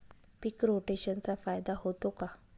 पीक रोटेशनचा फायदा होतो का?